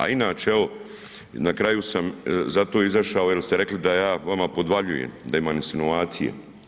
A inače, evo na kraju sam zato izašao jer ste rekli da ja vama podvaljujem, da imam insinuacije.